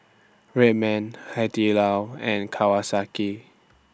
Red Man Hai Di Lao and Kawasaki